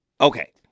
Okay